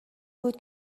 بود